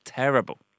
terrible